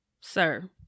sir